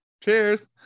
Cheers